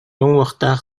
уҥуохтаах